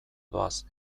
doaz